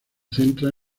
centra